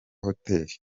hoteli